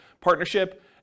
partnership